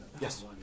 Yes